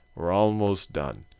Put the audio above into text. we're almost done.